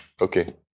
Okay